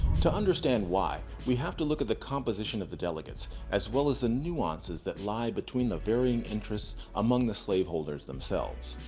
to understand why, we have to look at the composition of convention delegates as well as the nuances that lie between the varying interests among the slaveholders themselves.